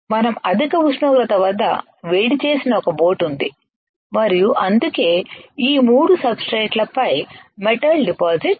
మనం అధిక ఉష్ణోగ్రత వద్ద వేడిచేసిన ఒక బోట్ ఉంది మరియు అందుకే ఈ మూడు సబ్ స్ట్రేట్లపై మెటల్ డిపాజిట్ అవుతోంది